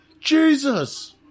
Jesus